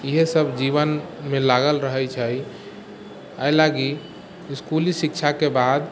इहे सब जीवनमे लागल रहैत छै एहि लागी इसकुली शिक्षाके बाद